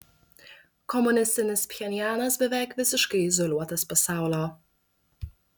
komunistinis pchenjanas beveik visiškai izoliuotas pasaulio